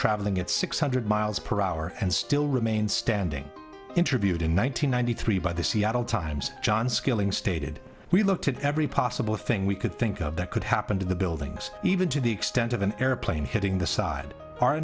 traveling at six hundred miles per hour and still remain standing interviewed in one thousand nine hundred three by the seattle times john skilling stated we looked at every possible thing we could think of that could happen to the buildings even to the extent of an airplane hitting the side